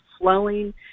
flowing